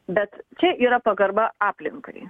bet čia yra pagarba aplinkai